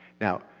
Now